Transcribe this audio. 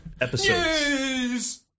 episodes